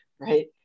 right